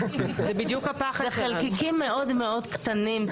זה חלקיקים מאוד קטנים.